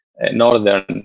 northern